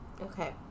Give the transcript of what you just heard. Okay